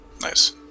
Nice